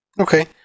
Okay